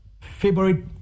February